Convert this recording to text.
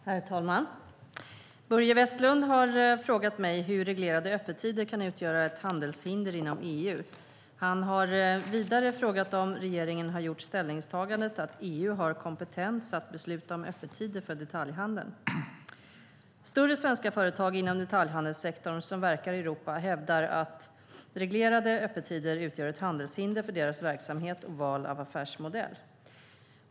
Herr talman! Börje Vestlund har frågat mig hur reglerade öppettider kan utgöra ett handelshinder inom EU. Han har vidare frågat om regeringen har gjort ställningstagandet att EU har kompetens att besluta om öppettider för detaljhandeln. Större svenska företag inom detaljhandelssektorn som verkar i Europa hävdar att reglerade öppettider utgör ett handelshinder för deras verksamhet och val av affärsmodell.